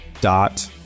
dot